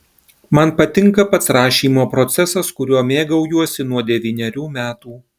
man patinka pats rašymo procesas kuriuo mėgaujuosi nuo devynerių metų